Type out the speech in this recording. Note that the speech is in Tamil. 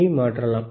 ஐ மாற்றலாம்